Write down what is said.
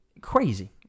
crazy